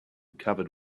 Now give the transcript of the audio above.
covered